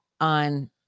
on